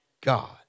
God